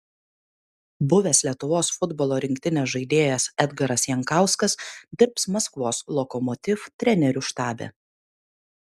buvęs lietuvos futbolo rinktinės žaidėjas edgaras jankauskas dirbs maskvos lokomotiv trenerių štabe